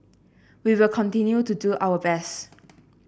we will continue to do our best